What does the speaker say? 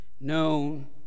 known